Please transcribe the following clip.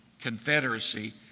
confederacy